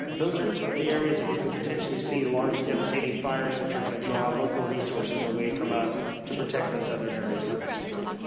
those are the areas that we could potentially see large devastating fires, which are gonna draw local resources away from us to protect those other areas of the state.